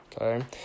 Okay